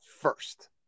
first